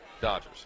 Dodgers